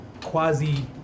quasi